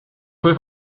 sue